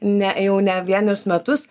ne jau ne vienerius metus